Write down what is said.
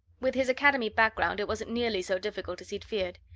with his academy background, it wasn't nearly so difficult as he'd feared.